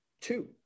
two